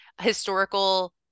historical